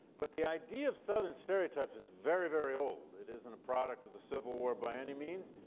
but the idea of southern stereotypes is very, very old. it isn't a product of the civil war by any means.